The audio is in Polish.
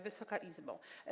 Wysoka Izbo!